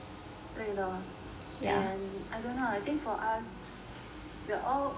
对咯 and I don't know I think for us we're all